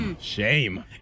Shame